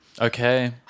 Okay